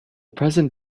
present